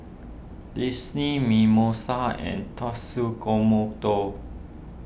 Disney Mimosa and